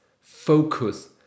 focus